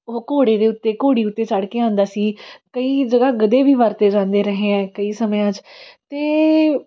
ਉਹ ਘੋੜੇ ਦੇ ਉੱਤੇ ਘੋੜੀ ਉੱਤੇ ਚੜ੍ਹ ਕੇ ਆਉਂਦਾ ਸੀ ਕਈ ਜਗ੍ਹਾ ਗਧੇ ਵੀ ਵਰਤੇ ਜਾਂਦੇ ਰਹੇ ਆ ਕਈ ਸਮਿਆਂ 'ਚ ਅਤੇ